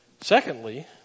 Secondly